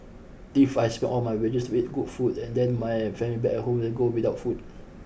if I spend all my wages with good food and then my family back at home will go without food